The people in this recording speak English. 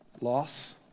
Loss